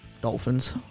Dolphins